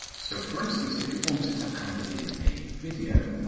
so for instance, if you wanted to add in a video,